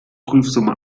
prüfsumme